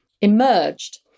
emerged